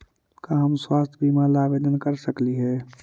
का हम स्वास्थ्य बीमा ला आवेदन कर सकली हे?